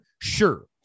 Sure